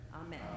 Amen